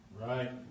Right